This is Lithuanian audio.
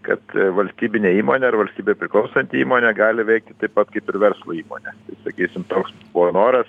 kad valstybinė įmonė ar valstybei priklausanti įmonė gali veikti taip pat kaip ir verslo įmonė tai sakysim toks buvo noras